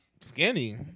Skinny